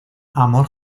amor